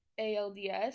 ALDS